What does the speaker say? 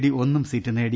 D ഒന്നും seat നേടി